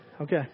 Okay